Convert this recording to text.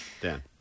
Dan